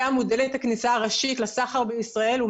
הים הוא דלת הכניסה הראשית לסחר בישראל והוא